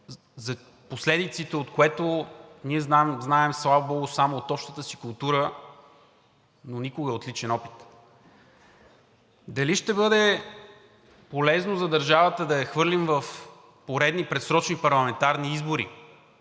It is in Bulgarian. последиците от което ние знаем слабо само от общата си култура, но никога от личен опит. Дали ще бъде полезно за държавата да я хвърлим в поредни предсрочни парламентарни избори